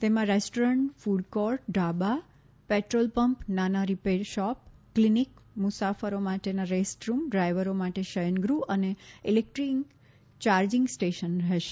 તેમાં restaurant food court dhaba petrol pump નાના repair shop clinic મુસાફરો માટે રેસ્ટ રૂમ ડ્રાઇવરો માટે શયનગૃહ અને ઇલેક્ટ્રિક યાર્જિંગ સ્ટેશન હશે